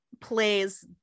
plays